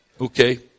Okay